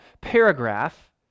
paragraph